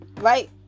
right